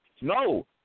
No